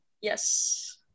Yes